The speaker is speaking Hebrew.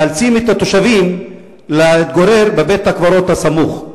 מאלצים את התושבים להתגורר בבית-הקברות הסמוך.